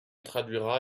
traduira